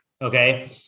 Okay